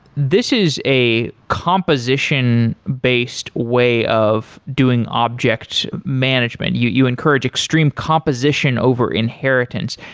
this is a composition based way of doing object management, you you encourage extreme composition over inheritance.